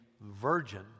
virgin